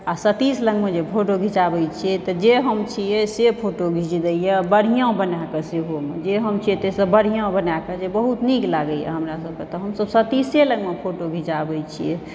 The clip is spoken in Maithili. आ सतीश लगमे जे फोटो घिचाबै छियै तऽ जे हम छियै से फोटो घिच दैया बढ़िऑं बनाकऽ सेहो मे जे हम छियै से सँ बढ़िऑं बनाकए जे बहुत नीक लागैया हमरा सभके तऽ हमेशा सतिशे लगमे फोटो घिचाबय छियै